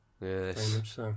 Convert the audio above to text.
Yes